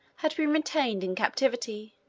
had been retained in captivity,